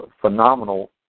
phenomenal